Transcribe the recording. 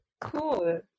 cool